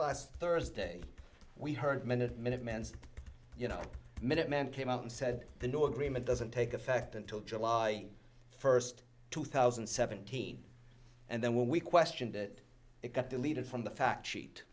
last thursday we heard minute minutemen's you know minute man came out and said the new agreement doesn't take effect until july first two thousand and seventeen and then when we questioned it it got deleted from the fact she